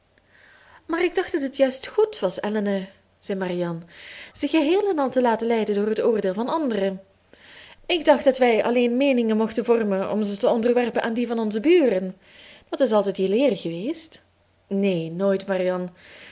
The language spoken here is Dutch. maar ik dacht dat het juist goed was elinor zei marianne zich geheel en al te laten leiden door het oordeel van anderen ik dacht dat wij alleen meeningen mochten vormen om ze te onderwerpen aan die van onze buren dat is altijd je leer geweest neen nooit marianne